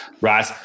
right